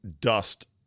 dust